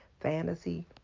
Fantasy